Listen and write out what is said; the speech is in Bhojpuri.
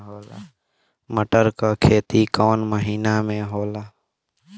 मटर क खेती कवन महिना मे होला?